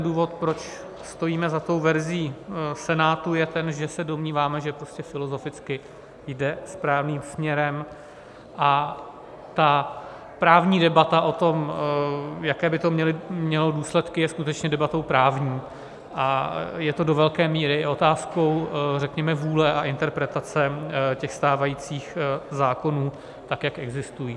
Důvod, proč stojíme za verzí Senátu, je ten, že se domníváme, že filozoficky jde správným směrem, a právní debata o tom, jaké by to mělo důsledky, je skutečně debatou právní a je to do velké míry i otázkou, řekněme, vůle a interpretace stávajících zákonů tak, jak existují.